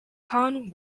khan